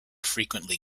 frequently